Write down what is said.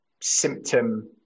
symptom